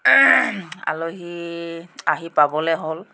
আলহী আহি পাবলৈ হ'ল